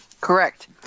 Correct